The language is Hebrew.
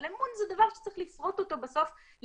אבל אמון זה דבר שצריך לפרוט אותו בסוף לפרוטות,